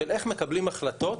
של איך מקבלים החלטות